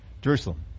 Jerusalem